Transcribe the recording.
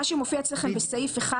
מה שמופיע אצלכם בסעיף 1,